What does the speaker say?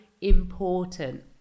important